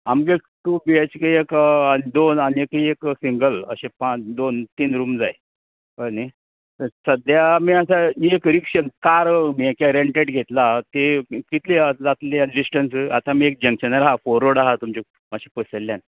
आमगें two B H K एक दोन आनी एक सिंगल अशें पांच दोन तीन रूम जाय कळ्ळे न्हय सद्या आमी आसा एक रिक्षेन कार ये केला रेंटेड घेतलां ते कितली जातली आनी डिस्टन्स आतां आमी एक जक्शनार आसा फॉर रोड आसा तुमचें मातशें पयसल्यान